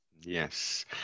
Yes